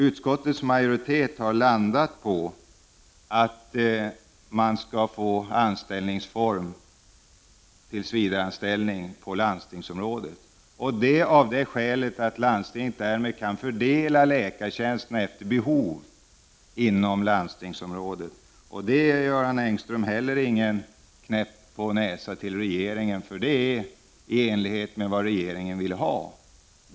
Utskottets majoritet har stannat för förslaget att anställningsformen skall vara tillsvidareanställning på landstingsområdet. Det har man gjort av det skälet att landstinget därmed kan fördela läkartjänsterna efter behov inom landstingsområdet. Det, Göran Engström, är heller ingen knäpp på näsan till regeringen, för det är i enlighet med vad regeringen ville ha.